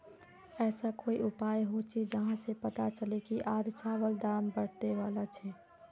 ऐसा कोई उपाय होचे जहा से पता चले की आज चावल दाम बढ़ने बला छे?